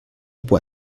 può